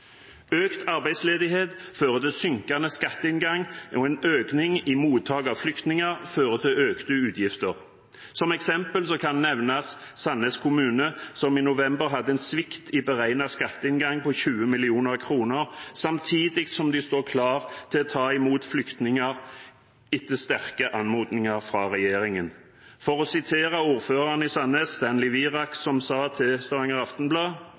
Økt arbeidsledighet fører til synkende skatteinngang, og en økning i mottak av flyktninger fører til økte utgifter. Som eksempel kan nevnes Sandnes kommune, som i november hadde en svikt i beregnet skatteinngang på 20 mill. kr, samtidig som de står klar til å ta imot flyktninger etter sterke anmodninger fra regjeringen. For å sitere ordføreren i Sandnes, Stanley Wirak, som sa til Stavanger Aftenblad: